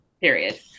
period